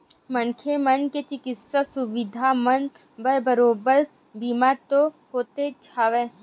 मनखे मन के चिकित्सा सुबिधा मन बर बरोबर बीमा तो होतेच हवय